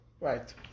Right